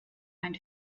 ein